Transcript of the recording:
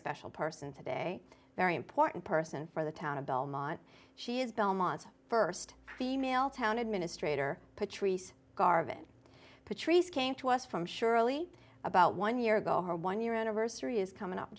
special person today very important person for the town of belmont she is belmont st female town administrator patrice garvin patrice came to us from surely about one year ago her one year anniversary is coming up